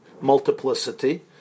multiplicity